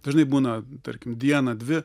dažnai būna tarkim dieną dvi